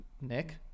Nick